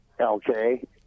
Okay